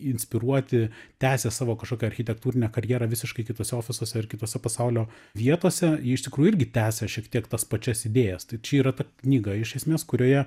inspiruoti tęsė savo kažkokią architektūrinę karjerą visiškai kituose ofisuose ir kitose pasaulio vietose jie iš tikrųjų irgi tęsia šiek tiek tas pačias idėjas tai čia yra ta knyga iš esmės kurioje